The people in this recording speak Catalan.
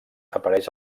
apareix